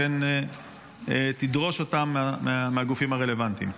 אכן תדרוש אותם מהגופים הרלוונטיים?